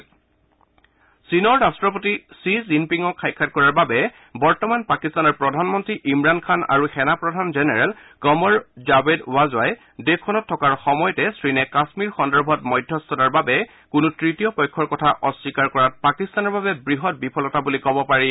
বৰ্তমান চীনৰ ৰাট্টপতি থি জিনপিঙক সাক্ষাৎ কৰাৰ বাবে পাকিস্তানৰ প্ৰধানমন্ত্ৰী ইমৰাণ খান আৰু সেনা প্ৰধান জেনেৰেল কমৰ জাৱেদ বাজৱাই দেশখনত থকাৰ সময়তে চীনে কাশ্মীৰ সন্দৰ্ভত মধ্যস্থতাৰ বাবে কোনো তৃতীয় পক্ষৰ কথা অস্বীকাৰ কৰাত পাকিস্তানৰ বাবে বৃহৎ বিফলতা বুলি ক'ব পাৰি